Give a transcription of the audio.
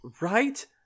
Right